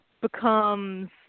becomes